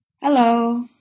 Hello